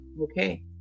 okay